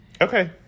Okay